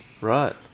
Right